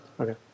Okay